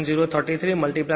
033 80